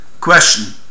Question